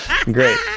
great